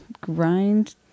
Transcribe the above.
grind